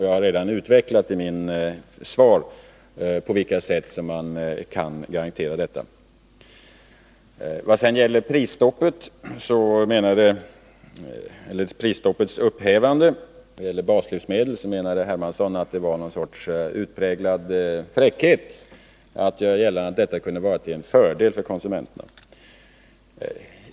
Jag har redan i mitt svar utvecklat garantierna för detta. Vad sedan gäller prisstoppets upphävande när det gäller baslivsmedel så menade Carl-Henrik Hermansson, att det var uttryck för någon sorts utpräglad fräckhet att göra gällande att sådana åtgärder kunde vara till fördel för konsumenterna.